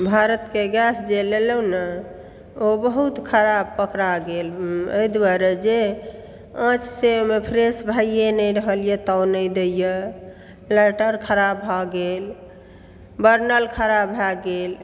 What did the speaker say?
भारतके गैस जे लेलहुँ न ओ बहुत खराप पकड़ा गेल एहि दुआरे जे आँचसँ एहिमे फ्रेश भइए नहि रहलए ताव नहि दैत यऽ लाइटर खराब भऽ गेल बर्नर खराब भए गेल